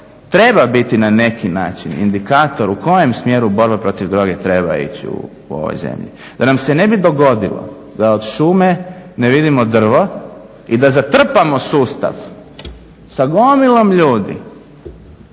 treba biti na neki način indikator u kojem smjeru borba protiv droge treba ići u ovoj zemlji. Da nam se ne bi dogodilo da od šume ne vidimo drvo i da zatrpamo sustav sa gomilom ljudi